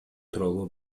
тууралуу